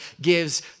gives